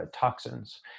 toxins